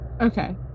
Okay